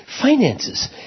Finances